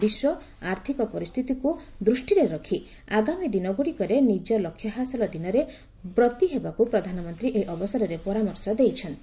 ବିଶ୍ୱ ଆର୍ଥକ ପରିସ୍ଥିତିକୁ ଦୃଷ୍ଟିରେ ରଖି ଆଗାମୀ ଦିନଗୁଡିକରେ ନିଜ ଲକ୍ଷ୍ୟ ହାସଲ ଦିନରେ ବ୍ରତୀ ହେବାକୁ ପ୍ରଧାନମନ୍ତ୍ରୀ ଏହି ଅବସରରେ ପରାମର୍ଶ ଦେଇଛନ୍ତି